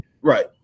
Right